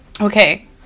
okay